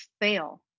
fail